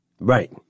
Right